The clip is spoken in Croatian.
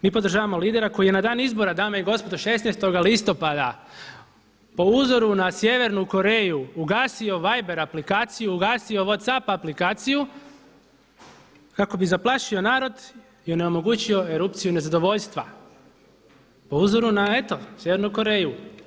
Mi podržavamo leadera koji je na dan izbora dame i gospodo 16. listopada po uzoru na Sjevernu Koreju ugasio wiber aplikaciju, ugasio what's up aplikaciju kako bi zaplašio narod i onemogućio erupciju nezadovoljstva po uzoru na eto Sjevernu Koreju.